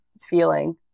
feeling